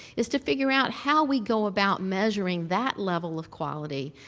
is to figure out how we go about measuring that level of quality.